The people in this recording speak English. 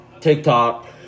TikTok